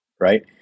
right